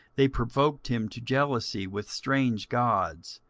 they provoked him to jealousy with strange gods,